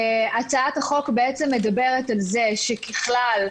הצעת החוק מדברת על זה שככלל,